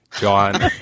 John